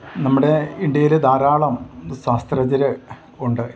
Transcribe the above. നമ്മുടെ ഇന്ത്യയിൽ ധാരാളം ശാസ്ത്രജ്ഞർ ഉണ്ട്